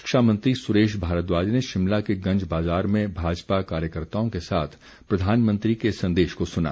शिक्षा मंत्री सुरेश भारद्वाज ने शिमला के गंज बाज़ार में भाजपा कार्यकर्ताओं के साथ प्रधानमंत्री के संदेश को सुना